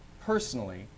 personally